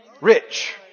Rich